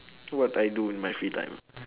so what do I do during my free time